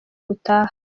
gutaha